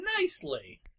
nicely